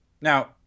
Now